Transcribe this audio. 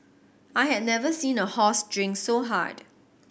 I had never seen a horse drink so hard